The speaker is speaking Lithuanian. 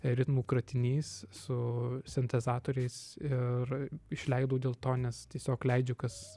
ritmų kratinys su sintezatoriais ir išleidau dėl to nes tiesiog leidžiu kas